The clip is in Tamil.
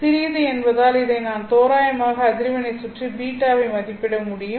சிறியது என்பதால் இதை நான் தோராயமாக அதிர்வெண்ணைச் சுற்றி β வை மதிப்பிட முடியும்